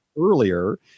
earlier